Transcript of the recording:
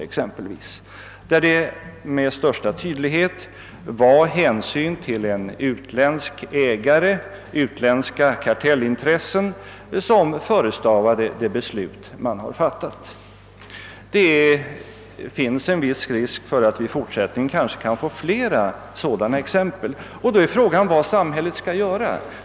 Där var det med största säkerhet hänsynen till utländska kartellintressen som förestavade det beslut som fattades om nedläggning av företaget. Det finns en viss risk för att vi kan få se flera sådana exempel i fortsättningen. Då är frågan vad samhället skall göra.